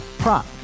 prop